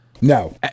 No